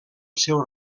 seu